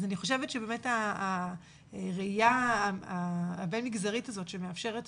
אני חושבת שהראייה הבין-מגזרית הזאת שמאפשרת